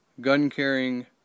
gun-carrying